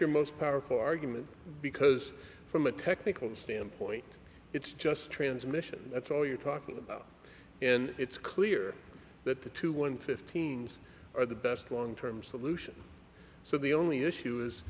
your most powerful argument because from a technical standpoint it's just transmission that's all you're talking about and it's clear that the two one fifteen's are the best long term solution so the only issue is